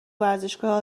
ورزشگاه